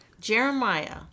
jeremiah